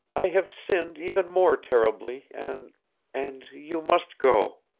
i have sinned even more terribly, and and you must go.